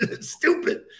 Stupid